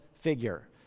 figure